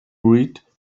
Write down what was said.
read